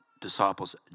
disciples